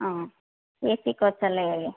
ಹಾಂ A C coach ಎಲ್ಲ ಹೇಗೆ